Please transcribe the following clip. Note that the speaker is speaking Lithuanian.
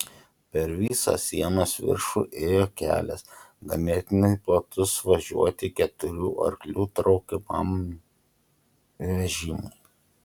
per visą sienos viršų ėjo kelias ganėtinai platus važiuoti keturių arklių traukiamam vežimui